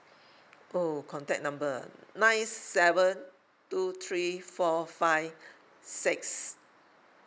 oh contact number nine seven two three four five six